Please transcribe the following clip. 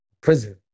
Prison